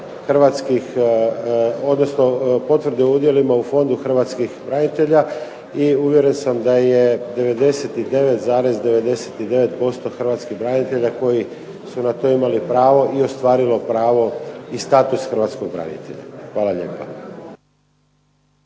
hrvatskih odnosno potvrde o udjelima u Fondu hrvatskih branitelja i uvjeren sam da je 99,99% hrvatskih branitelja koji su na to imali pravo i ostvarilo pravo i status hrvatskog branitelja. Hvala lijepa.